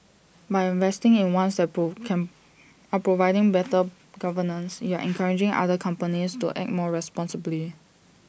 by investing in ones can are providing better governance you're encouraging other companies to act more responsibly